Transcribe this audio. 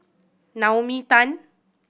Naomi Tan